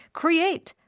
create